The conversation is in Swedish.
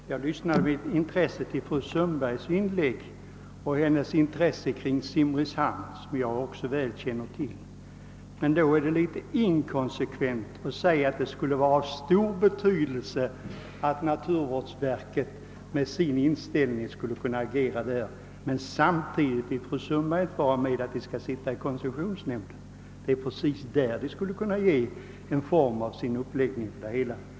Herr talman! Jag lyssnade med intresse till fru Sundbergs inlägg och känner väl till hennes omtanke om Simrishamn. Det är emellertid litet inkonsekvent att dels säga att det skulle vara av stor vikt att naturvårdsverket får och kan agera, dels förklara att verket inte får vara representerat i koncessionsnämnden; det är just i nämnden verket skulle kunna medverka till en god uppläggning av det hela.